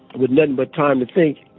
with nothing but time to think,